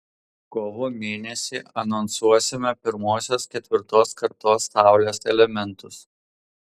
kovo mėnesį anonsuosime pirmuosius ketvirtos kartos saulės elementus